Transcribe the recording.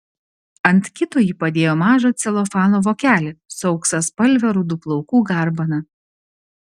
ant kito ji padėjo mažą celofano vokelį su auksaspalve rudų plaukų garbana